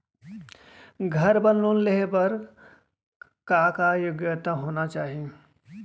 घर बर लोन लेहे बर का का योग्यता होना चाही?